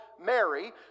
Mary